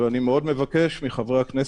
אני מאוד מבקש מחברי הכנסת,